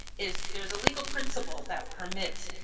is there's a legal principle that permits